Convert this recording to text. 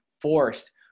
forced